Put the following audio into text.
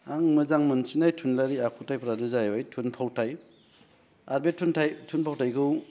आं मोजां मोनसिननाय थुनलायारि आखुथायफ्रानो जाबाय थुनफावथाय आरो बे थुनफावथायखौ